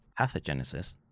pathogenesis